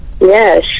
Yes